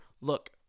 Look